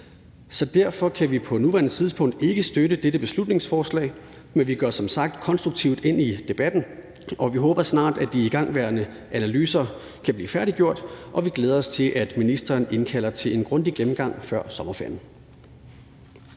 Derfor kan vi på nuværende tidspunkt ikke støtte dette beslutningsforslag, men vi går som sagt konstruktivt ind i debatten. Vi håber, at de igangværende analyser snart kan blive færdiggjort, og vi glæder os til, at ministeren indkalder til en grundig gennemgang før sommerferien.